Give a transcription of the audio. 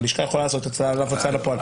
הלשכה יכולה לעשות עליו הוצאה לפעול.